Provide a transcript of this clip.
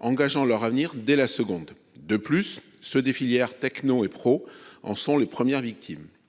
engageant leur avenir dès la seconde ; les élèves des filières technologiques et professionnelles en sont les premières victimes.